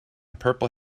purple